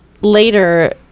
later